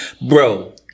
bro